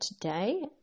today